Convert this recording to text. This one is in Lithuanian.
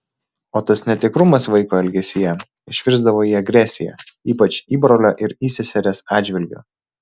o tas netikrumas vaiko elgesyje išvirsdavo į agresiją ypač įbrolio ir įseserės atžvilgiu